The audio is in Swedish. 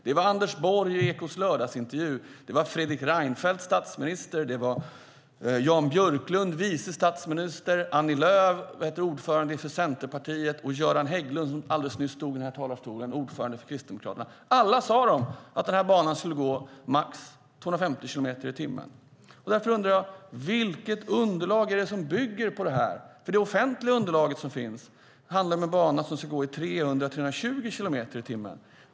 Det var Anders Borg i Ekots lördagsintervju, Fredrik Reinfeldt, statsminister, Jan Björklund, vice statsminister, Annie Lööf, partiledare för Centerpartiet och Göran Hägglund, partiledare för Kristdemokraterna. Alla sade de att tågen på denna bana skulle gå i max 250 kilometer i timmen. Vilket underlag bygger detta på? Det offentliga underlaget som finns handlar om en bana där tågen ska gå i 300-320 kilometer i timmen.